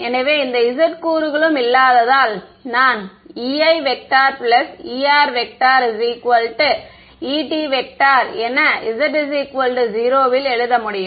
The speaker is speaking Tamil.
எனவே எந்த z கூறுகளும் இல்லாததால் நான் Ei Er Et என z 0 இல் எழுத முடியும்